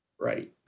Right